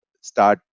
start